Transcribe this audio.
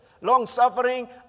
long-suffering